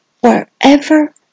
wherever